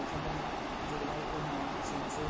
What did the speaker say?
ओंखारदोंमोन जेरैहाय M I Samsung